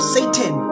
Satan